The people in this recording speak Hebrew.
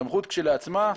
הסמכות כשלעצמה,